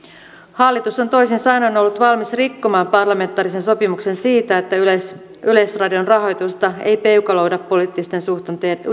hallitus on toisin sanoen ollut valmis rikkomaan parlamentaarisen sopimuksen siitä että yleisradion rahoitusta ei peukaloida poliittisten